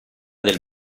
del